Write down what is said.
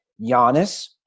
Giannis